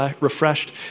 refreshed